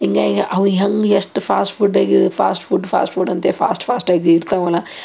ಹಿಂಗಾಗ್ಯ ಅವು ಹೆಂಗೆ ಎಷ್ಟು ಫಾಸ್ಟ್ ಫುಡ್ ಆಗಿ ಫಾಸ್ಟ್ ಫುಡ್ ಫಾಸ್ಟ್ ಫುಡ್ ಅಂತೆ ಫಾಸ್ಟ್ ಫಾಸ್ಟ್ ಆಗಿ ಇರ್ತವಲ್ಲ